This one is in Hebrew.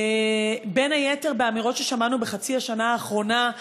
בין היתר באמירות ששמענו בחצי השנה האחרונה,